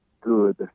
good